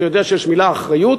אתה יודע שיש מילה אחריות,